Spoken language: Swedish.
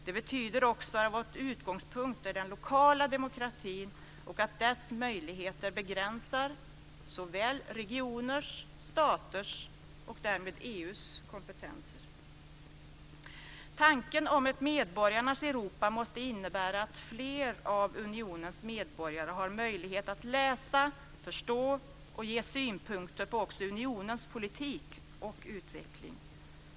Det betyder också att vår utgångspunkt är den lokala demokratin och att dess möjligheter begränsar regioners, staters och därmed EU:s kompetenser. Tanken om ett medborgarnas Europa måste innebära att fler av unionens medborgare har en möjlighet att läsa, förstå och ge synpunkter på också unionens politik och utveckling.